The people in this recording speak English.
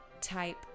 type